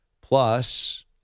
plus